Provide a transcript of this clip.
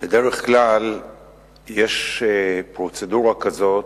בדרך כלל יש פרוצדורה כזאת,